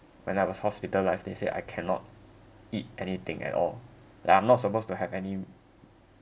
when I was hospitalised they say I cannot eat anything at all like I'm not supposed to have any